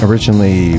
Originally